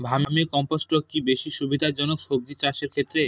Vermi compost কি বেশী সুবিধা জনক সবজি চাষের ক্ষেত্রে?